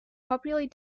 popularly